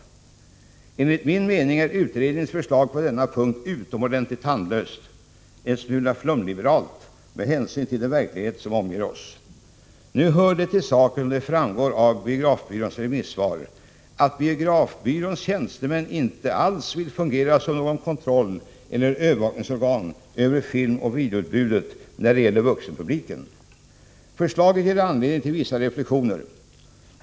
Enligt min mening är utredningens förslag på denna punkt utomordentligt tandlöst — en smula flumliberalt — med hänsyn till den verklighet som omger oss. Nu hör det till saken — och det framgår av biografbyråns remissvar — att biografbyråns tjänstemän inte alls vill fungera som något kontrolloch övervakningsorgan över filmoch videoutbudet när det gäller vuxenpubliken! Förslaget ger anledning till vissa reflexioner.